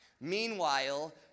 Meanwhile